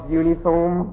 uniform